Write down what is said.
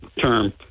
term